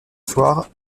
soir